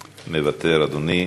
מוותר, אדוני,